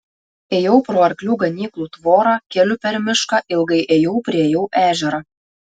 ėjau pro arklių ganyklų tvorą keliu per mišką ilgai ėjau priėjau ežerą